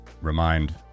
remind